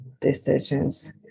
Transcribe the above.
decisions